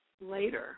later